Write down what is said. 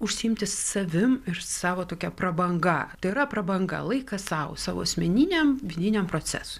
užsiimti savim ir savo tokia prabanga tai yra prabanga laikas sau savo asmeniniam vidiniam procesui